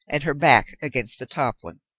and her back against the top one.